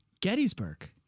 Gettysburg